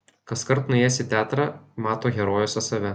kaskart nuėjęs į teatrą mato herojuose save